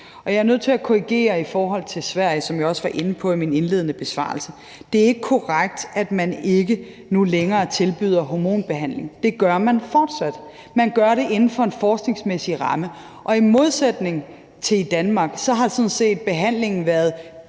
jeg er nødt til at korrigere i forhold til Sverige, som jeg også var inde på i min indledende besvarelse. Det er ikke korrekt, at man nu ikke længere tilbyder hormonbehandling. Det gør man fortsat. Man gør det inden for en forskningsmæssig ramme, og i modsætning til i Danmark har behandlingen sådan